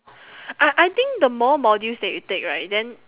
I I think the more modules that you take right then